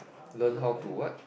learn how to what